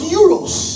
euros